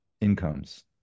incomes